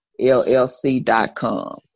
LLC.com